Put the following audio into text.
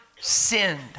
sinned